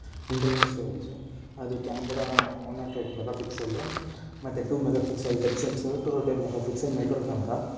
internal storage ಅದರ camera one nought eight megapixel ಮತ್ತು two megapixel dub sensor two thirty megapixel micro camera